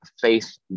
faith